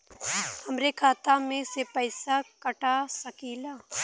हमरे खाता में से पैसा कटा सकी ला?